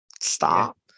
stop